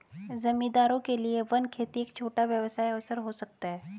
जमींदारों के लिए वन खेती एक छोटा व्यवसाय अवसर हो सकता है